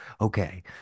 Okay